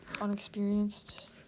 unexperienced